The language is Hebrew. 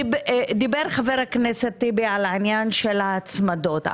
דיבר חבר הכנסת טיבי על העניין של ההצמדות.